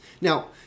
Now